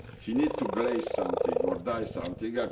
he need to glaze something or dye something.